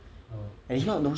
it's not those